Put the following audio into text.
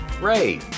Ray